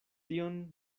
tion